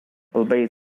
albeit